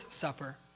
Supper